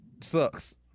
sucks